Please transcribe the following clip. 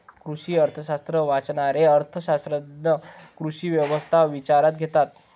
कृषी अर्थशास्त्र वाचणारे अर्थ शास्त्रज्ञ कृषी व्यवस्था विचारात घेतात